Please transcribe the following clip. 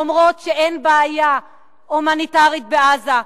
למרות שאין בעיה הומניטרית בעזה,